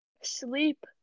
sleep